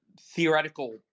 theoretical